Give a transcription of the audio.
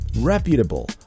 reputable